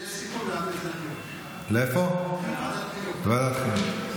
לוועדת החינוך.